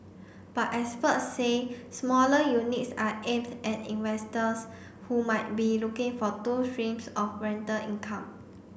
but experts say smaller units are aimed at investors who might be looking for two streams of rental income